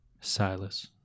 Silas